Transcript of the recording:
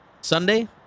Sunday